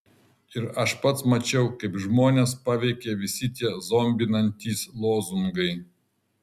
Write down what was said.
ir aš pats mačiau kaip žmones paveikia visi tie zombinantys lozungai